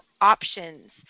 options